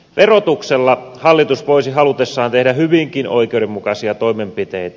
verotuksella hallitus voisi halutessaan tehdä hyvinkin oikeudenmukaisia toimenpiteitä